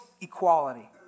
equality